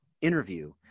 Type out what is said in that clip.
interview